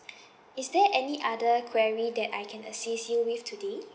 is there any other query that I can assist you with today